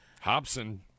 Hobson